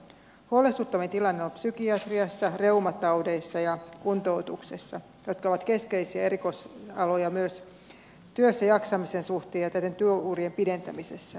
huolestuttavin tilanne on psykiatriassa reumataudeissa ja kuntoutuksessa jotka ovat keskeisiä erikoisaloja myös työssäjaksamisen suhteen ja tietenkin työurien pidentämisessä